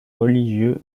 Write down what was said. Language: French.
religieux